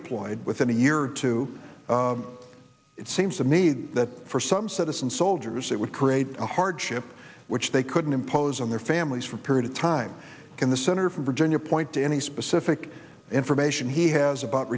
redeployed within a year or two it seems to me that for some citizen soldiers it would create a hardship which they couldn't impose on their families for a period of time can the senator from virginia point to any specific information he has about